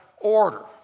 order